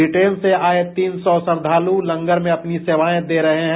Britain से आये तीन सौ श्रद्वालु लंगर में अपनी सेवाए दे रहे हैं